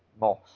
Moss